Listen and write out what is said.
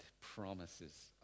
promises